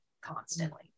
constantly